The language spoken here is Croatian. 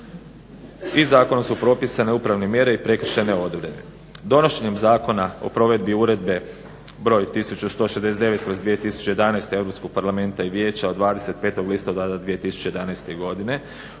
I zakonom su propisane upravne mjere i prekršajne odredbe. Donošenjem Zakona o provedbi Uredbe br. 1169/2011 Europskog parlamenta i vijeća od 25. listopada 2011. godine